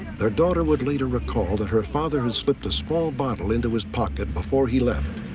their daughter would later recall that her father and slipped a small bottle into his pocket before he left.